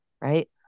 right